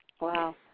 Wow